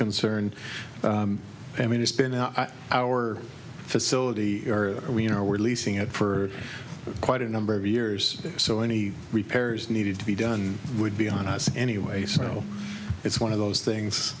concerned i mean it's been our facility and we are releasing it for quite a number of years so any repairs needed to be done would be on us anyway so it's one of those things